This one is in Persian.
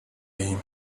ایم